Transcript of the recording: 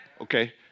Okay